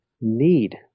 need